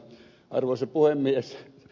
arvoisa puhemies